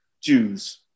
Jews